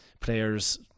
players